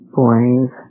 boys